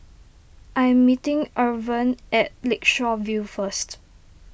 I am meeting Irven at Lakeshore View first